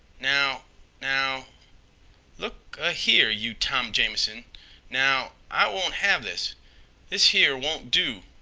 now now look a here, you tom jamison now i won't have this this here won't do.